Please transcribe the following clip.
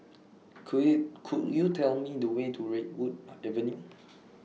Could YOU Could YOU Tell Me The Way to Redwood Avenue